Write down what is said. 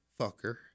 Fucker